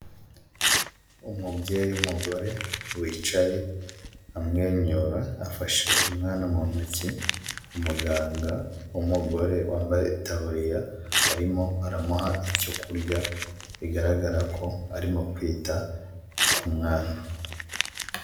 Umubyeyi w’umugore wicaye amwenyura afashe umwana mu ntoki umuganga w’umugore wambaye itaburiya arimo aramuha icyo kurya bigaragara ko arimo kwita ku mwana.